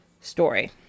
story